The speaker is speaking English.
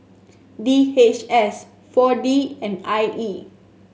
D H S four D and I E